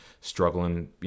struggling